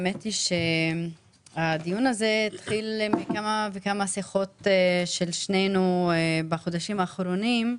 האמת היא שהדיון התחיל מכמה וכמה שיחות של שנינו בחודשים האחרונים,